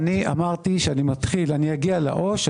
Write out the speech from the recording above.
אגיע לעו"ש.